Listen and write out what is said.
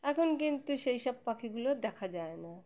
এখন কিন্তু সেই সব পাখিগুলো আর দেখা যায় না